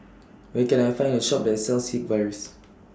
Where Can I Find A Shop that sells Sigvaris